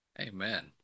Amen